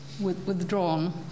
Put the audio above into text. withdrawn